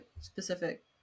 specific